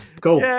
Cool